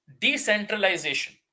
decentralization